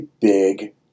big